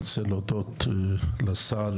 לא צריך להרחיק לכת עד "זיו",